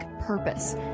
purpose